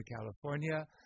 California